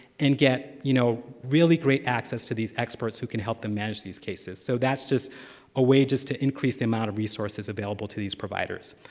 and get, you know, really great access to these experts who can help them manage these cases. so that's just a way just to increase the amount of resources available to these providers.